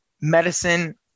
medicine